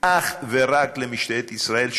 אך ורק למשטרת ישראל,